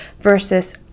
versus